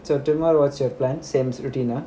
so tomorrow what's your plan same routine